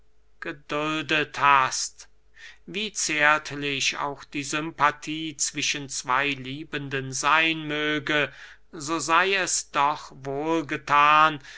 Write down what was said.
geduldet hast wie zärtlich auch die sympathie zwischen zwey liebenden seyn möge so sey es doch wohl